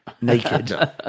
naked